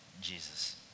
Jesus